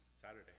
Saturday